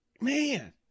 man